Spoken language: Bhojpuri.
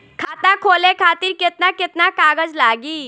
खाता खोले खातिर केतना केतना कागज लागी?